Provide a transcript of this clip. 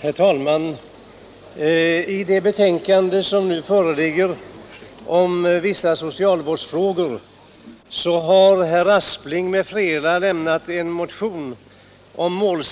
Herr talman! I det betänkande som nu föreligger, om vissa socialvårdsfrågor, behandlas en motion av herr Aspling m.fl. om målet